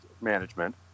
management